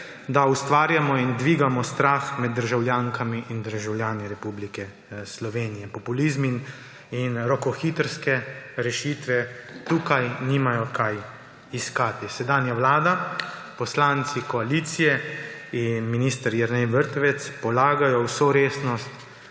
da ustvarjamo in dvigamo strah med državljankami in državljani Republike Slovenije. Populizmi in rokohitrske rešitve tukaj nimajo kaj iskati. Sedanja vlada, poslanci koalicije in minister Jernej Vrtovec polagajo vso resnost